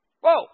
Whoa